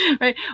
Right